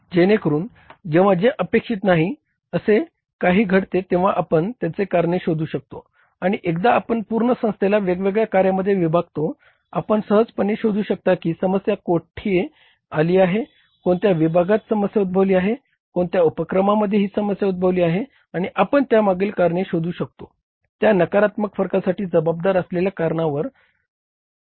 जेणेकरून जेव्हा जे अपेक्षित नाही असे काही घडते तेंव्हा आपण त्याचे कारण शोधू शकतो आणि एकदा आपण पूर्ण संस्थेला वेगवेगळ्या कार्यामध्ये विभागतो आपण सहजपणे शोधू शकता की समस्या कोठे आली आहे कोणत्या विभागात समस्या उद्भवली आहे कोणत्या उपक्रमांतर्गत ही समस्या उद्भवली आहे आणि आपण त्यामागील कारणे शोधू शकतो आणि त्या नकारात्मक फरकासाठी जबाबदार असलेल्या कारणांवर कारवाई करू शकतो